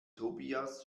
tobias